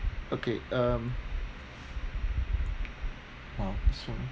okay um well soon